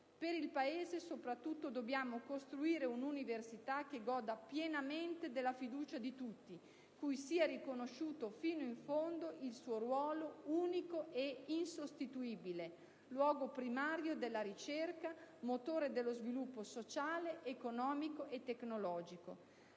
Per il Paese, soprattutto, dobbiamo costruire un'università che goda pienamente della fiducia di tutti, cui sia riconosciuto fino in fondo il suo ruolo - unico ed insostituibile - di luogo primario della ricerca e di motore dello sviluppo sociale, economico e tecnologico.